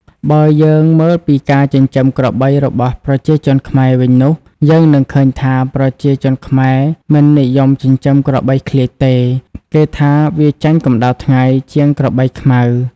បើយើងមើលពីការចិញ្ចឹមក្របីរបស់ប្រជាជនខ្មែរវិញនោះ យើងនឹងឃើញថា ប្រជាជនខ្មែរមិននិយមចិញ្ចឹមក្របីឃ្លៀចទេ គេថាវាចាញ់កម្ដៅថ្ងៃជាងក្របីខ្មៅ។